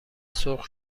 سرخ